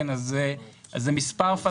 זה מספר פנטסטי.